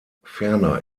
ferner